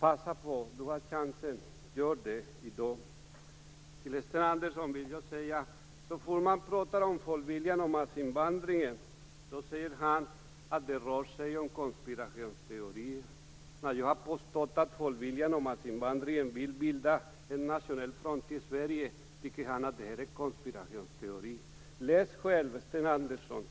Passa på! Du har chansen! Gör det i dag! Till Sten Andersson vill jag säga: Så fort man pratar om Folkviljan och massinvandringen säger Sten Andersson att det rör sig om konspirationsteorier. När jag påstår att Folkviljan och massinvandringen vill bilda en nationell front i Sverige tycker han att det är konspirationsteori. Läs själv, Sten Andersson!